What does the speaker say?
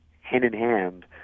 hand-in-hand